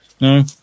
No